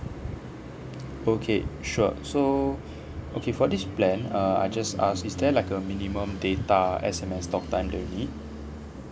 okay sure so okay for this plan err I just ask is there like a minimum data S_M_S talk time that you need